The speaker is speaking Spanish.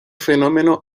fenómeno